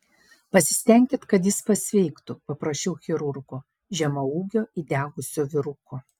pasistenkit kad jis pasveiktų paprašiau chirurgo žemaūgio įdegusio vyruko